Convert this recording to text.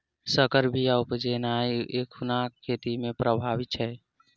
सँकर बीया उपजेनाइ एखुनका खेती मे प्रभावी छै